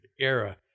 era